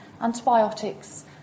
antibiotics